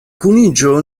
kuniĝo